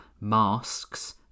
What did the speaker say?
Masks